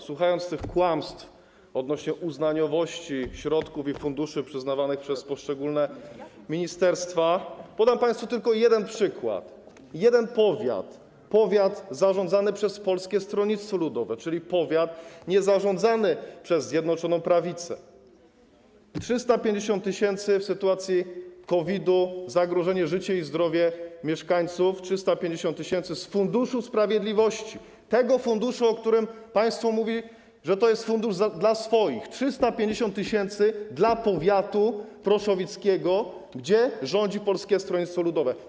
Słuchając tych kłamstw odnośnie do uznaniowości środków i funduszy przyznawanych przez poszczególne ministerstwa, podam państwu tylko jeden przykład, przykład jednego powiatu, powiatu zarządzanego przez Polskie Stronnictwo Ludowe, czyli powiatu niezarządzanego przez Zjednoczoną Prawicę: 350 tys. w sytuacji COVID-u - zagrożenie życia i zdrowia mieszkańców - z Funduszu Sprawiedliwości, tego funduszu, o którym państwo mówi, że to jest fundusz dla swoich, 350 tys. dla powiatu proszowickiego, gdzie rządzi Polskie Stronnictwo Ludowe.